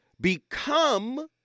Become